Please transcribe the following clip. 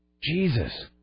Jesus